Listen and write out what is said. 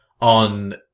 on